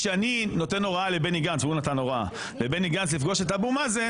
כשאני נותן הוראה לבני גנץ" והוא נתן הוראה "לפגוש את אבו מאזן,